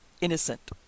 innocent